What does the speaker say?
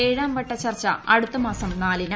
ഏഴാം വട്ട ചർച്ച അടുത്തമാസം നാലിന്